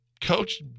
coach